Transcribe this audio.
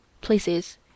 places